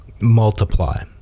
multiply